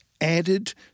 added